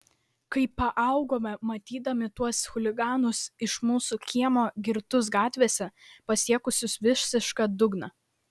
kai paaugome matydavome tuos chuliganus iš mūsų kiemo girtus gatvėse pasiekusius visišką dugną